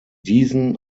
diesen